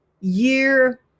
year